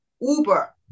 Uber